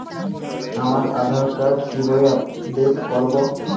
আমার আধার কার্ড কিভাবে আপডেট করব?